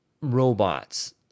robots